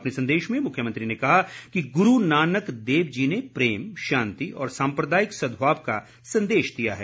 अपने संदेश में मुख्यमंत्री ने कहा कि गुरू नानक देव जी ने प्रेम शांति और सांप्रदायिक सद्भाव का संदेश दिया है